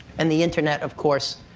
and the internet, of course,